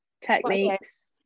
techniques